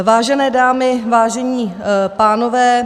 Vážené dámy, vážení pánové.